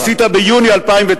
לתקן טעות שעשית ביוני 2009,